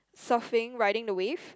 surfing riding the wave